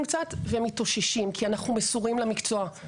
קצת ומתאוששים כי אנחנו מסורים למקצוע.